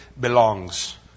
belongs